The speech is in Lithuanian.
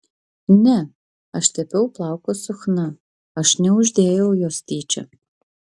ne aš tepiau plaukus su chna aš neuždėjau jos tyčia